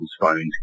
phones